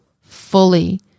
fully